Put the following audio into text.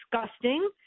disgusting